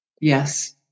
Yes